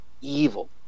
evil